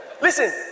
Listen